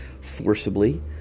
forcibly